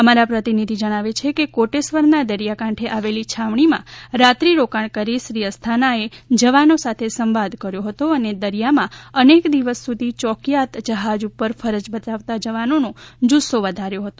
અમારા પ્રતિનિધિ જણાવે છે કે કોટેશ્વરના દરિયાકાંઠે આવેલી છાવણીમાં રાત્રિ રોકાણ કરી શ્રી અસ્થાના એ જવાનો સાથે સંવાદ કર્યો હતો અને દરિયામાં અનેક દિવસ સુધી ચોકિયાત જહાજ ઉપર ફરજ બજાવતા જવાનોનો જુસ્સો વધાર્યો હતો